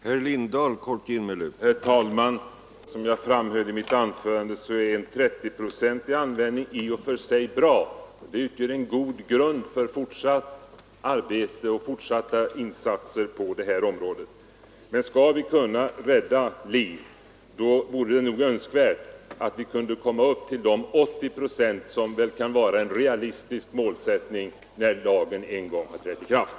Herr talman! Som jag framhöll i mitt tidigare anförande är det i och för sig bra om 30 procent av bilförarna använder bilbälte, och det utgör en god grund för fortsatt arbete och fortsatta insatser på det här området. Men skall vi kunna rädda liv vore det önskvärt om vi kunde komma upp till de 80 procent som kan vara en realistisk målsättning när lagen en gång har trätt i kraft.